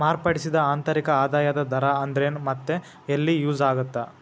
ಮಾರ್ಪಡಿಸಿದ ಆಂತರಿಕ ಆದಾಯದ ದರ ಅಂದ್ರೆನ್ ಮತ್ತ ಎಲ್ಲಿ ಯೂಸ್ ಆಗತ್ತಾ